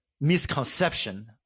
misconception